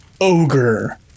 ogre